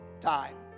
time